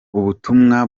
ubutumwa